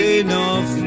enough